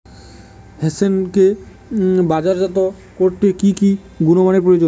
হোসেনকে বাজারজাত করতে কি কি গুণমানের প্রয়োজন?